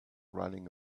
running